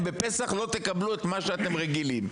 שבפסח הם לא יקבלו את מה שהם רגילים.